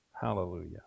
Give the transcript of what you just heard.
Hallelujah